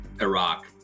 Iraq